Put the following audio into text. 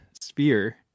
Spear